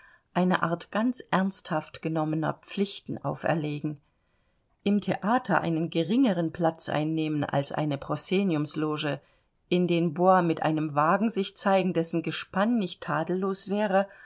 eine art ganz ernsthaft genommener pflichten auferlegen im theater einen geringeren platz einnehmen als eine prosceniumsloge in den bois mit einem wagen sich zeigen dessen gespann nicht tadellos wäre